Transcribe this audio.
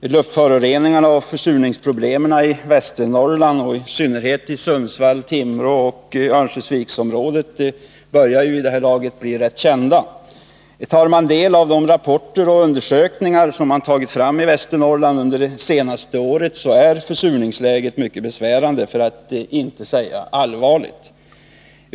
Luftföroreningarna och försurningsproblemen i Västernorrland, i synnerhet i Sundsvalls-, Timråoch Örnsköldsviksområdena, börjar vid det här laget bli rätt kända. Tar man del av de rapporter och undersökningar som tagits fram i Västernorrland under det senaste året, så finner man att försurningsläget är mycket besvärande, för att inte säga allvarligt.